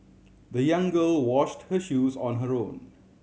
the young girl washed her shoes on her own